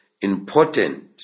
important